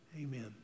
Amen